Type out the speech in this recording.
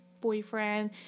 boyfriend